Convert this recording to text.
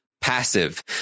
passive